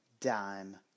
dime